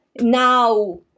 Now